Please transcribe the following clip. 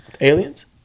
Aliens